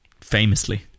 Famously